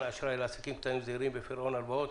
אשראי לעסקים קטנים וזעירים בפירעון הלוואות,